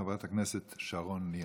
חברת הכנסת שרון ניר.